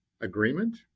agreement